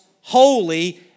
holy